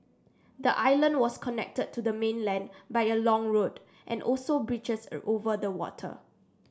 the island was connected to the mainland by a long road and also bridges over the water